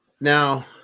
now